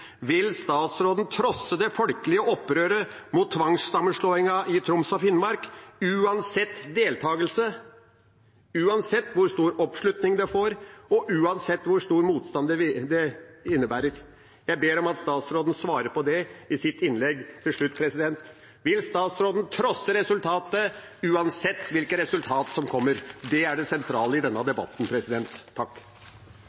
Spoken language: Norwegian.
Vil statsråden trosse det folkelige opprøret mot tvangssammenslåingen i Troms og Finnmark, uansett deltagelse, uansett hvor stor oppslutning det får, og uansett hvor stor motstand det innebærer? Jeg ber om at statsråden svarer på det i sitt innlegg til slutt. Vil statsråden trosse resultatet, uansett hvilket resultat som kommer? Det er det sentrale i denne